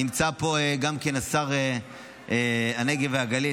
נמצא פה גם שר הנגב והגליל,